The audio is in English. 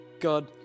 God